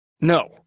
no